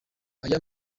aya